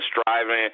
striving